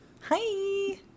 Hi